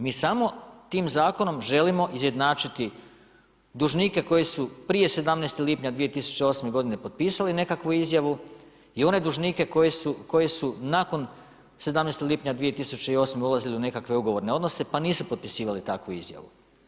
Mi samo tim zakonom želimo izjednačiti dužnike koji su prije 17. lipnja 2008. godine potpisali nekakvu izjavu i one dužnike koji su nakon 17. lipnja 2008. ulazili u nekakve ugovorne odnose pa nisu potpisivali takvu izjavu.